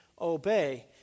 obey